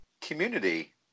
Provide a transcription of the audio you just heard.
community